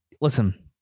listen